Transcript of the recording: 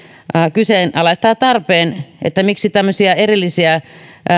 kyseenalaistaa tarpeen miksi tämmöisiä erillisiä